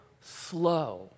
slow